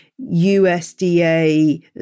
USDA